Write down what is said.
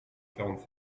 quarante